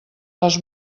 les